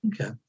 Okay